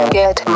get